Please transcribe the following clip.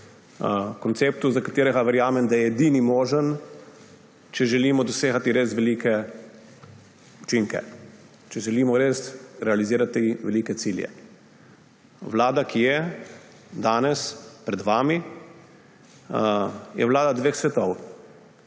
Konceptu, za katerega verjamem, da je edini možen, če želimo dosegati res velike učinke, če želimo res realizirati velike cilje. Vlada, ki je danes pred vami, je vlada dveh svetov.